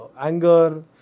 anger